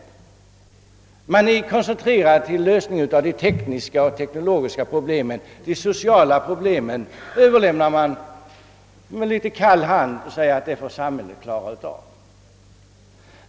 Man har koncentrerat sig på lösningen av de tekniska och teknologiska problemen, medan de sociala överlämnas med något kall hand till samhället.